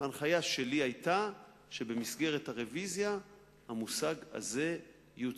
וההנחיה שלי היתה שבמסגרת הרוויזיה המושג הזה יוצא.